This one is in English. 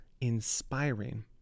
inspiring